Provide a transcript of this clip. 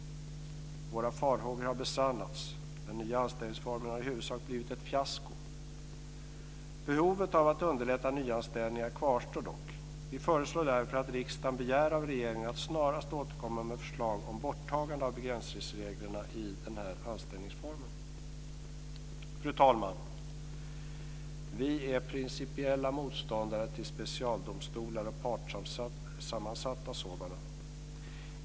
Våra farhågor har besannats. Den nya anställningsformen har i huvudsak blivit ett fiasko. Behovet av att underlätta nyanställningar kvarstår dock. Vi föreslår därför att riksdagen begär av regeringen att snarast återkomma med förslag om borttagande av begränsningsreglerna i den här anställningsformen. Fru talman! Vi är principiella motståndare till specialdomstolar och partssammansatta sådana.